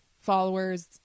followers